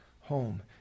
home